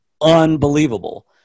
unbelievable